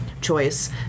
choice